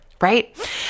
right